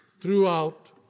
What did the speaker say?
throughout